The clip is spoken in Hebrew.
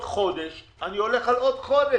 אתה תבוא לכאן עוד פעם כנראה.